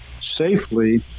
safely